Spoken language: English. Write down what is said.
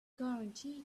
guaranteed